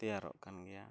ᱛᱮᱭᱟᱨᱚᱜ ᱠᱟᱱ ᱜᱮᱭᱟ